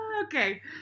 okay